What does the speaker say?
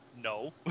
no